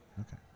Okay